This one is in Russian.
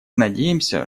надеемся